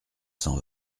cent